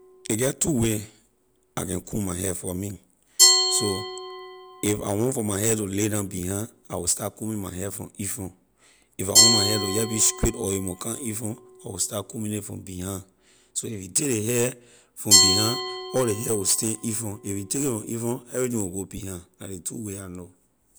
Ley get two way I can comb my hair for me so if I want for my hair to lay down behind I will start combing my hair from in front if I want for my hair to jeh be straight or a mon come in front I will start combing it from behind so if you take ley hair from behind all ley hair will stand in front if you take it from in front everything will go behind la ley two way I know.